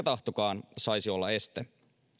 tahtokaan saisi olla este